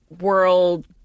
world